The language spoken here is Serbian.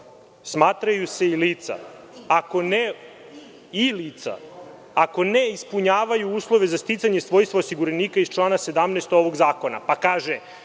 smatraju i lica ako ne ispunjavaju uslove za sticanje svojstva osiguranika iz člana 17. ovog zakona, pa kaže